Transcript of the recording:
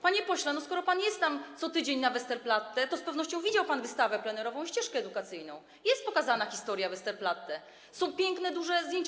Panie pośle, skoro pan jest co tydzień na Westerplatte, to z pewnością widział pan wystawę plenerową i ścieżkę edukacyjną: jest pokazana historia Westerplatte, są piękne, duże zdjęcia.